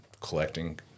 collecting